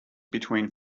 between